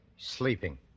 Sleeping